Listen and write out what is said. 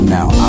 Now